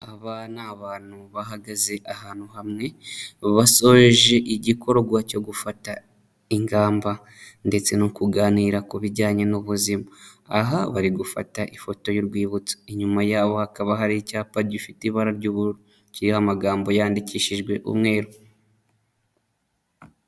Aba ni abantu bahagaze ahantu hamwe, basoreje igikorwa cyo gufata ingamba, ndetse no kuganira ku bijyanye n'ubuzima, aha bari gufata ifoto y'urwibutso, inyuma yabo hakaba hari icyapa gifite ibara ry'ubururu kiriho amagambo yandikishijwe umweru.